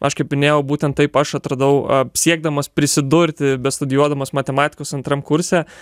aš kaip minėjau būtent taip aš atradau siekdamas prisidurti bestudijuodamas matematikos antram kurse